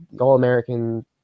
all-american